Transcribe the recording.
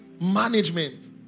management